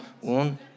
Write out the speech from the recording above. one